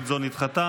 נדחתה.